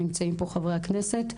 חברי הכנסת שנמצאים פה.